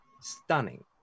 stunning